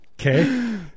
okay